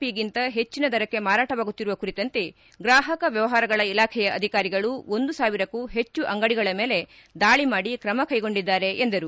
ಪಿಗಿಂತ ಹೆಚ್ಚಿನ ದರಕ್ಕೆ ಮಾರಾಟವಾಗುತ್ತಿರುವ ಕುರಿತಂತೆ ಗ್ರಾಹಕ ವ್ದವಹಾರಗಳ ಇಲಾಖೆಯ ಅಧಿಕಾರಿಗಳು ಒಂದು ಸಾವಿರಕ್ಕೂ ಹೆಚ್ಚು ಅಂಗಡಿಗಳ ಮೇಲೆ ದಾಳಿ ಮಾಡಿ ಕ್ರಮಕ್ಯೆಗೊಂಡಿದ್ದಾರೆ ಎಂದರು